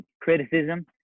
criticism